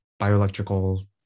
bioelectrical